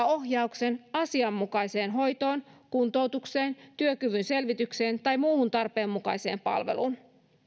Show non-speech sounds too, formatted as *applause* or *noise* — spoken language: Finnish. *unintelligible* ohjauksen asianmukaiseen hoitoon kuntoutukseen työkyvyn selvitykseen tai muuhun tarpeenmukaiseen palveluun